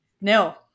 No